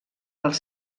als